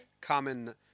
common